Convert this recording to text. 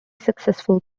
successful